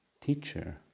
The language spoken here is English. teacher